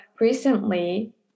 recently